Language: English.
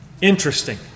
Interesting